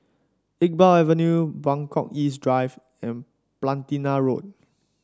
Iqbal Avenue Buangkok East Drive and Platina Road